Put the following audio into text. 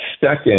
Second